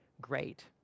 great